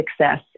success